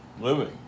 living